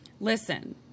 Listen